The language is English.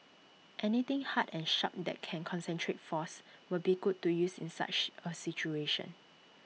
anything hard and sharp that can concentrate force would be good to use in such A situation